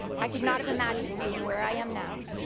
i could not have imagined being where i am now,